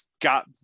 got